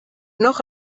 noch